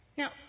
now